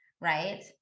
right